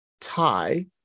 tie